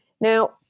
Now